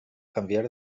canviar